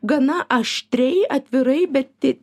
gana aštriai atvirai bet